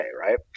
right